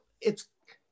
it's-